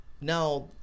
now –